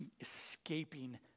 escaping